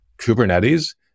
Kubernetes